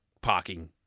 parking